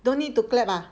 don't need to clap ah